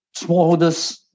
smallholders